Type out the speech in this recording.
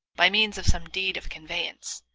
by means of some deed of conveyance.